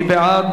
מי בעד?